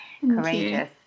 courageous